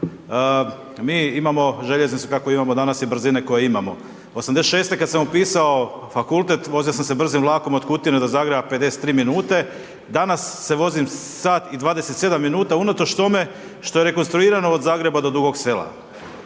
mi imamo željeznicu kakvu imamo danas i brzine koje imamo. 86.-e kad sam upisao fakultet vozio sam se brzim vlakom od Kutine do Zagreba 53 minute, danas se vozim sat i 27 minuta unatoč tome što je rekonstruirano od Zagreba do Dugog Sela.